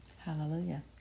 Hallelujah